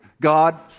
God